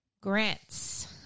Grants